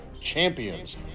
champions